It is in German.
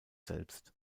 selbst